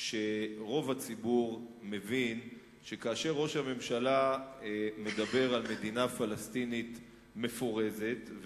שרוב הציבור מבין שכאשר ראש הממשלה מדבר על מדינה פלסטינית מפורזת,